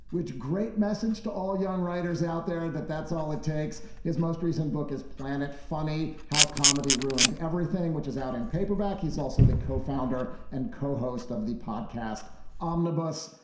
which great message to all young writers out there that that's all it takes. his most recent book is planet funny how comedy ruined everything, which is out in paperback. he's also the co-founder and co-host of the podcast omnibus.